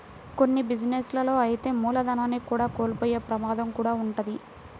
కొన్ని బిజినెస్ లలో అయితే మూలధనాన్ని కూడా కోల్పోయే ప్రమాదం కూడా వుంటది